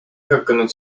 hakanud